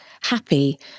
happy